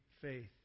faith